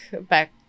back